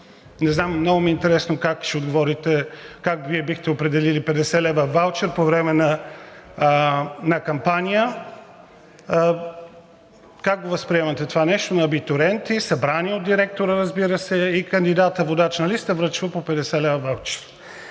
Много ми е интересно как ще отговорите: как Вие бихте определили 50 лв. ваучер по време на кампания? Как го възприемате това нещо – на абитуриенти, събрани от директора, разбира се, и кандидатът – водач на листа, връчва по 50 лв. ваучер?